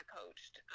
coached